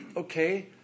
Okay